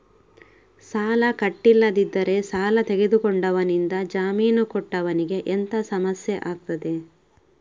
ಸಾಲ ಕಟ್ಟಿಲ್ಲದಿದ್ದರೆ ಸಾಲ ತೆಗೆದುಕೊಂಡವನಿಂದ ಜಾಮೀನು ಕೊಟ್ಟವನಿಗೆ ಎಂತ ಸಮಸ್ಯೆ ಆಗ್ತದೆ?